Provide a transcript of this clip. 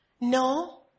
No